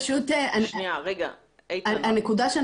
הנקודה,